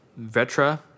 Vetra